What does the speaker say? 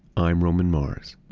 i'm roman mars